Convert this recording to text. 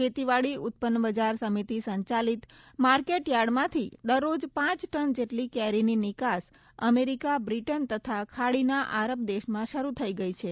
ખેતીવાડી ઉત્પન્ન બજાર સમિતિ સંચાલિત માર્કેટ યાર્ડમાંથી દરરોજ પાંચ ટન જેટલી કેરીની નિકાસ અમેરિકા બ્રિટન તથા ખાડીના આરબ દેશમાં શરૂ થઇ ગઇ છે